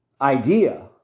idea